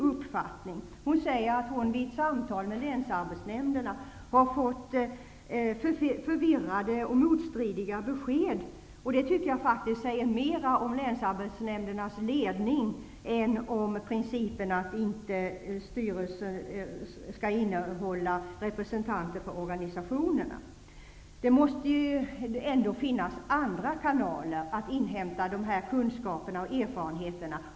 Elvy Söderström säger att hon vid samtal med länsarbetsnämnderna har fått förvirrade och motstridiga besked. Jag tycker faktiskt att det säger mer om länsarbetsnämndernas ledning än om principen att inte en styrelse skall innehålla representanter för organisationerna. Det måste ju ändå finnas andra kanaler för inhämtande av dessa kunskaper och erfarenheter.